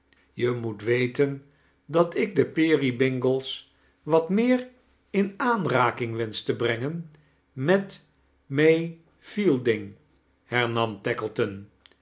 je moet wefcen dat ik de pee rybingles wat meer in aanraking wensch te brengen met may melding hernam